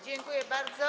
Dziękuję bardzo.